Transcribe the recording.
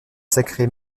sacré